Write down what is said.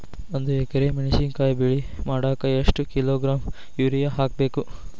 ಒಂದ್ ಎಕರೆ ಮೆಣಸಿನಕಾಯಿ ಬೆಳಿ ಮಾಡಾಕ ಎಷ್ಟ ಕಿಲೋಗ್ರಾಂ ಯೂರಿಯಾ ಹಾಕ್ಬೇಕು?